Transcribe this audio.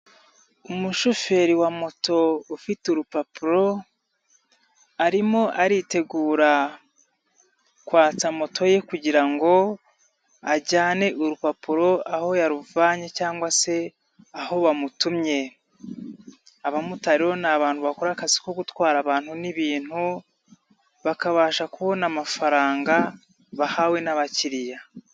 Umushoferi wa moto ufite urupapuro, arimo aritegura kwatsa moto ye, kugirango ajyane urupapuro aho yaruvanye, cyangwa se aho bamutumye. Abamotari ni abantu bakora akazi ko gutwara abantu n'ibintu, bakabasha kubona amafaranga bahawe n'abakiriya.